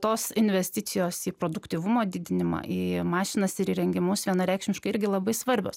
tos investicijos į produktyvumo didinimą į mašinas ir įrengimus vienareikšmiškai irgi labai svarbios